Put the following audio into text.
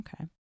Okay